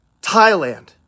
Thailand